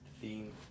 theme